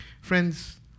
Friends